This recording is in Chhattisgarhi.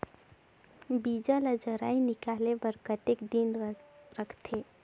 बीजा ला जराई निकाले बार कतेक दिन रखथे?